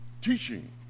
teaching